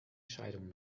scheidung